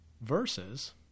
Versus